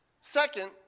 Second